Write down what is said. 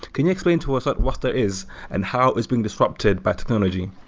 can you explain to us what what there is and how it's being disrupted by technology?